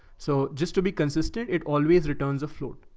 so just to be consistent, it always returns a float.